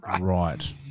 Right